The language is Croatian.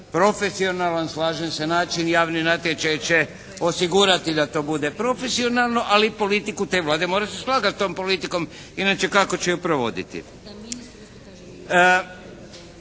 profesionalan slažem se način, javni natječaj će osigurati da to bude profesionalno, ali politiku te Vlade. Mora se slagati s tom politikom, inače kako će ju provoditi.